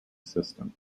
system